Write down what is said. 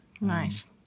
Nice